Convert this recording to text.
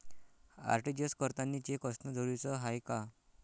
RTGS करतांनी cheque असनं जरुरीच हाय का?